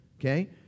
okay